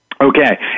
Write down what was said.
Okay